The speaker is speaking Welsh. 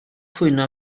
cwyno